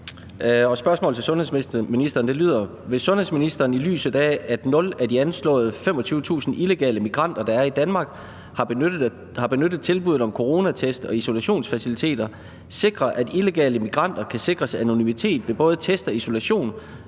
Vil ministeren, i lyset af at 0 af de anslåede 25.000 illegale migranter, der er i Danmark, har benyttet tilbuddet om coronatest og isolationsfaciliteter, sikre, at illegale migranter kan sikres anonymitet ved både test og isolation,